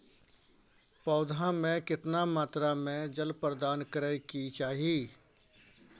पौधा में केतना मात्रा में जल प्रदान करै के चाही?